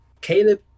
Caleb